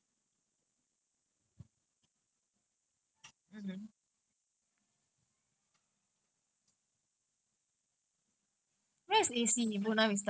நான் எப்பவுமே:naa eppavumae I only choose like neighborhood schools like nearby my my J_C was the nearest my primary school secondary school all nearby nearby so this is the first time I going